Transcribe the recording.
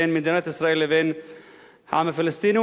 בין מדינת ישראל לבין העם הפלסטיני,